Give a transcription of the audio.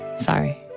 Sorry